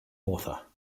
author